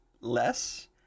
less